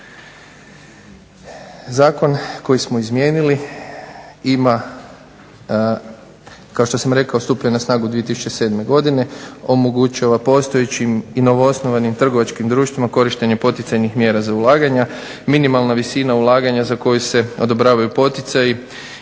Zakon koji smo izmijenili ima, stupio je na snagu 2007. godine, omogućava novoosnovanim i postojećim trgovačkim društvima korištenje poticajnih mjera za ulaganja, minimalna visina ulaganja za koju se odobravaju poticaji